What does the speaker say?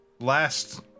last